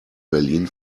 berlin